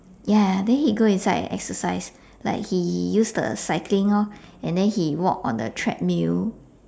ya then he go inside and exercise like he use the cycling lor and then he walk on on the treadmill